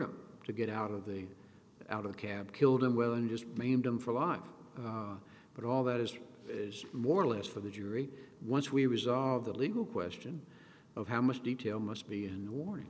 him to get out of the out of the cab killed him well and just maimed him for life but all that is is more or less for the jury once we resolve the legal question of how much detail must be a new warning